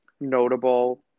notable